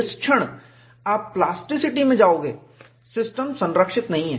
जिस क्षण आप प्लास्टिसिटी में जाओगे सिस्टम संरक्षित नहीं है